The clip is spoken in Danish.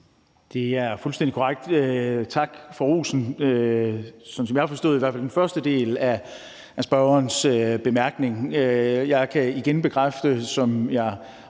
Det er fuldstændig korrekt. Tak for rosen – sådan forstod jeg i hvert fald den første del af spørgerens bemærkning. Jeg kan igen bekræfte, hvad jeg